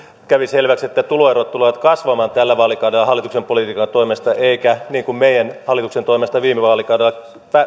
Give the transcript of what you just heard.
kävi selväksi että tuloerot tulevat kasvamaan tällä vaalikaudella hallituksen politiikan toimesta eikä niin kuin meidän hallituksen toimesta viime vaalikaudella